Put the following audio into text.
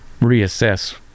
reassess